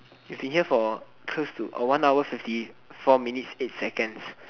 we've been here for close to oh one hour fifty four minutes eight seconds